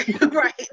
Right